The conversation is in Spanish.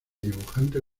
dibujante